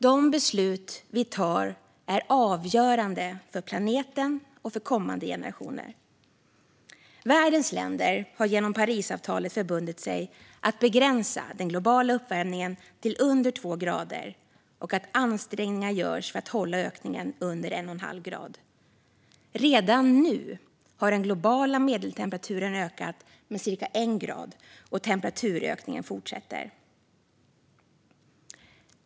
De beslut vi tar är avgörande för planeten och för kommande generationer. Världens länder har genom Parisavtalet förbundit sig att begränsa den globala uppvärmningen till under två grader och att göra ansträngningar för att hålla ökningen under en och en halv grad. Redan nu har den globala medeltemperaturen ökat med cirka en grad, och temperaturökningen fortsätter.